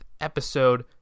episode